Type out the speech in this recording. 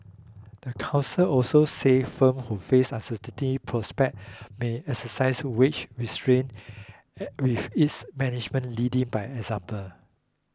the council also said firms who face uncertain prospects may exercise wage restraint with its management leading by example